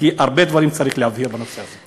כי הרבה דברים צריך להבהיר בנושא הזה.